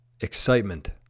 excitement